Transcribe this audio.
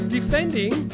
Defending